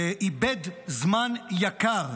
איבד זמן יקר.